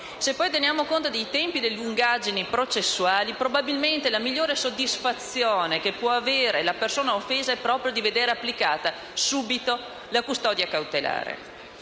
Se poi teniamo conto dei tempi e delle lungaggini processuali, probabilmente la migliore soddisfazione che può avere la persona offesa è proprio quella di vedere applicata subito la custodia cautelare.